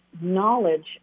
knowledge